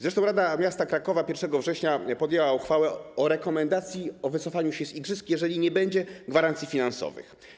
Zresztą Rada Miasta Krakowa 1 września podjęła uchwałę o rekomendacji wycofania się z igrzysk, jeżeli nie będzie gwarancji finansowych.